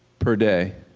per day.